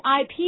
IP